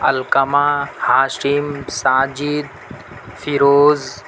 Alqama Hashim Sajid Feroz